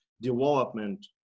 development